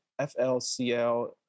flcl